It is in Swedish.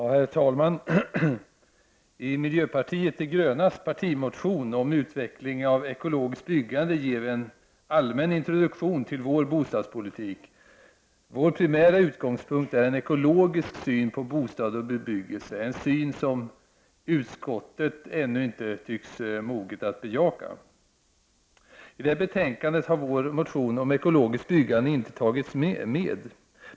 Herr talman! I miljöpartiet de grönas partimotion om utveckling av ekologiskt byggande ger vi en allmän introduktion till vår bostadspolitik. Vår primära utgångspunkt är en ekologisk syn på bostad och bebyggelse, en syn som utskottet ännu inte tycks moget att bejaka. I det här betänkandet har vår motion om ekologiskt byggande inte tagits med.